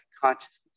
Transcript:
consciousness